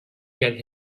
get